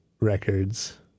records